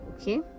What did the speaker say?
Okay